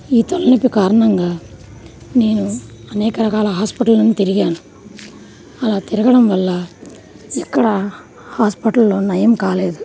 ఈ తలనొప్పి కారణంగా నేను అనేక రకాల హాస్పటళ్ళన్నీ తిరిగాను అలా తిరగడం వల్ల ఎక్కడా హాస్పటల్లో నయం కాలేదు